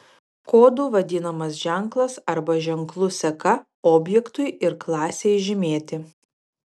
kodu vadinamas ženklas arba ženklų seka objektui ir klasei žymėti